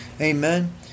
amen